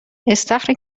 استخری